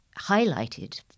highlighted